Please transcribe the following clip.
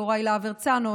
יוראי להב הרצנו,